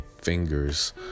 fingers